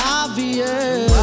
obvious